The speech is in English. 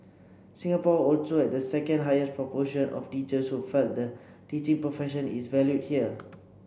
Singapore also had the second highest proportion of teachers who felt the teaching profession is valued here